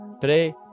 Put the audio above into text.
Today